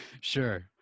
sure